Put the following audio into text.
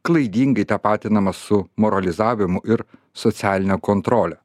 klaidingai tapatinama su moralizavimu ir socialine kontrole